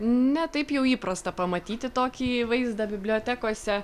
ne taip jau įprasta pamatyti tokį vaizdą bibliotekose